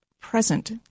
present